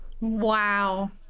wow